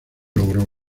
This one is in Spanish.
logró